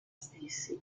stessi